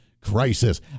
crisis